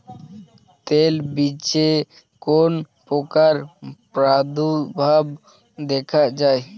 তৈলবীজে কোন পোকার প্রাদুর্ভাব দেখা যায়?